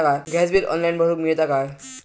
Gas bill online भरुक मिळता काय?